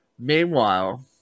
Meanwhile